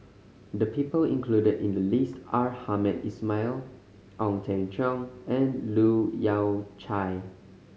the people included in the list are Hamed Ismail Ong Teng Cheong and Leu Yew Chye